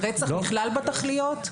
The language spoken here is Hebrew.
רצח נכלל בתכליות.